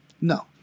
No